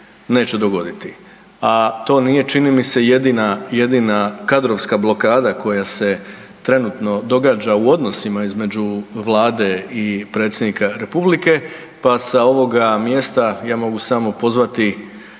neće dogoditi, a to nije čini mi se jedina kadrovska blokada koja se trenutno događa u odnosima između Vlade i Predsjednika Republike, pa sa ovoga mjesta ja mogu samo pozvati